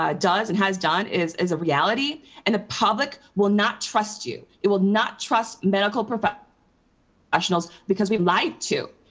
ah does and has done is is a reality and the public will not trust you. it will not trust medical professionals because we've lied to,